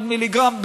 עוד מיליגרם.